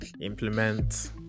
implement